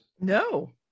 no